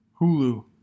Hulu